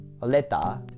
letter